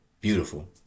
beautiful